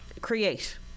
create